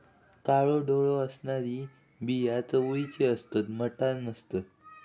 काळो डोळो असणारी बिया चवळीची असतत, मटार नसतत